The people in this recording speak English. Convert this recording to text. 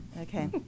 Okay